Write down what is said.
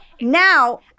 Now